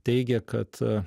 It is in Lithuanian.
teigia kad